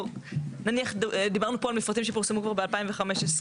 נניח דיברנו פה על מפרטים שפורסמו כבר ב-2015,